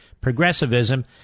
progressivism